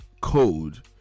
code